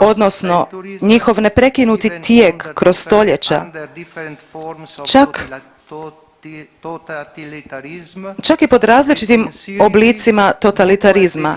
odnosno njihov neprekinuti tijek kroz stoljeća čak, čak i pod različitim oblicima totalitarizma.